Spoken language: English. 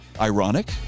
ironic